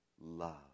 love